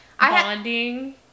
bonding